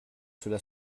cela